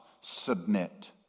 submit